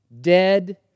dead